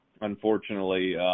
unfortunately